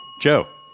Joe